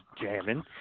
jamming